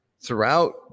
throughout